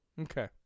Okay